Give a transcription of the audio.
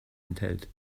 enthält